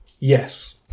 Yes